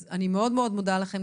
אז אני מאוד מאוד מודה לכן.